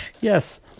Yes